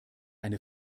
eine